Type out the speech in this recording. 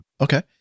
Okay